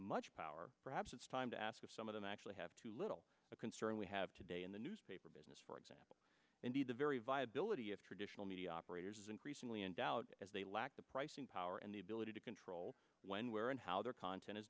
much power perhaps it's time to ask if some of them actually have too little a concern we have today in the newspaper business for example indeed the very viability of traditional media operators increasingly in doubt as they lack the pricing power and the ability to control when where and how their content is